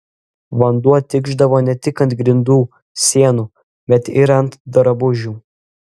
vanduo tikšdavo ne tik ant grindų sienų bet ir ant drabužių